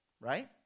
Right